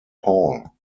paul